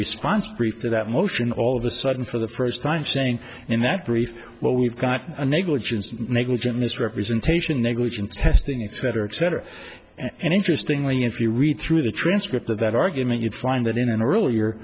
response brief to that motion all of a sudden for the first time saying in that brief well we've got a negligence a negligent misrepresentation negligence testing etc etc and interestingly if you read through the transcript of that argument you'd find that in an earlier